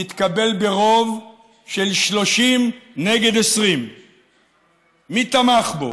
התקבל ברוב של 30 נגד 20. מי תמך בו?